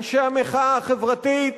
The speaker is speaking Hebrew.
אנשי המחאה החברתית,